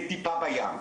זה 'טיפה בים',